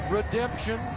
redemption